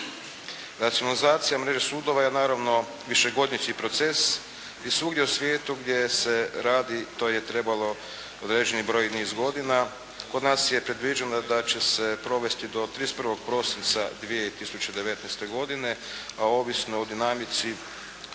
Racionalizacija mreže sudova je naravno višegodišnji proces i svugdje u svijetu gdje se radi to je trebalo određeni broj i niz godina. Kod nas je predviđeno da će se provesti do 31. prosinca 2019. godine, a ovisno o dinamici